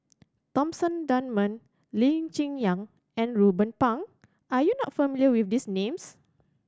Thomson Dunman Lee Cheng Yan and Ruben Pang are you not familiar with these names